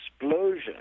explosion